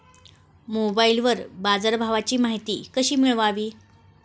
मोबाइलवर बाजारभावाची माहिती कशी मिळवावी?